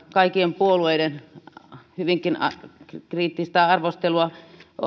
kaikkien puolueiden hyvinkin kriittistä arvostelua